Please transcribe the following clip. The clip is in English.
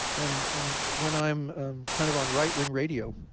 and and when i'm kind of on rightwing radio,